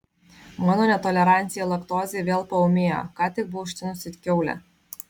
mano netolerancija laktozei vėl paūmėjo ką tik buvau ištinusi it kiaulė